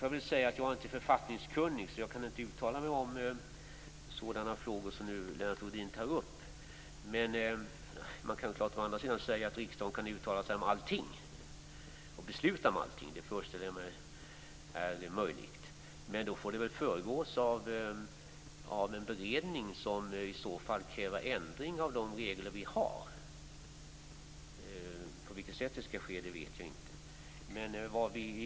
Jag är inte författningskunnig och kan därför inte uttala mig om sådana frågor som Lennart Rohdin tar upp. Man kan å andra sidan säga att riksdagen kan uttala sig om allting och besluta om allting. Det föreställer jag mig är möjligt. Men det skall då föregås av en beredning och kräver i så fall ändring av de regler vi har. På vilket sätt det skall ske vet jag inte.